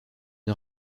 une